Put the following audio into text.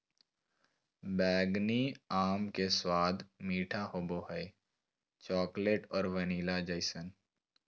बैंगनी आम के स्वाद मीठा होबो हइ, चॉकलेट और वैनिला जइसन